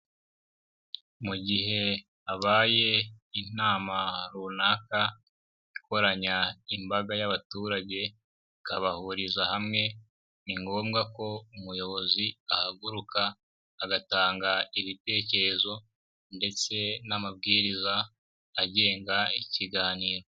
Mu gihe habaye inama runaka ikoranya imbaga y'abaturage ikabahuriza hamwe, ni ngombwa ko umuyobozi ahaguruka agatanga ibitekerezo ndetse n'amabwiriza agenga ikiganiro.